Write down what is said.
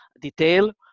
detail